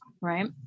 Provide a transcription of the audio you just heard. right